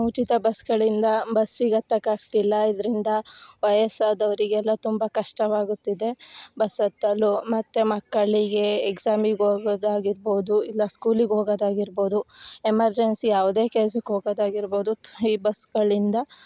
ಉಚಿತ ಬಸ್ಗಳಿಂದ ಬಸ್ಸಿಗೆ ಹತ್ತೋಕ್ ಆಗ್ತಿಲ್ಲ ಇದ್ರಿಂದ ವಯಸ್ಸಾದವರಿಗೆಲ್ಲ ತುಂಬ ಕಷ್ಟವಾಗುತ್ತಿದೆ ಬಸ್ ಹತ್ತಲು ಮತ್ತು ಮಕ್ಕಳಿಗೆ ಎಕ್ಸಾಮಿಗೆ ಹೋಗೋಗದಾಗಿರ್ಬೌದು ಇಲ್ಲ ಸ್ಕೂಲಿಗೆ ಹೋಗೋದಾಗಿರ್ಬೌದು ಎಮರ್ಜನ್ಸಿ ಯಾವುದೇ ಕೆಲ್ಸಕ್ಕೆ ಹೋಗೋದಾಗಿರ್ಬೌದು ಈ ಬಸ್ಗಳಿಂದ